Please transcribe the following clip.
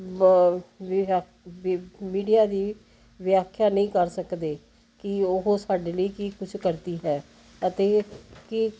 ਵ ਵੀ ਹੈ ਵੀ ਮੀਡੀਆ ਦੀ ਵਿਆਖਿਆ ਨਹੀਂ ਕਰ ਸਕਦੇ ਕਿ ਉਹ ਸਾਡੇ ਲਈ ਕੀ ਕੁਛ ਕਰਦੀ ਹੈ ਅਤੇ ਕੀ